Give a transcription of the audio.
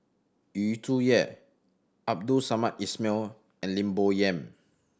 Yu Zhuye Abdul Samad Ismail and Lim Bo Yam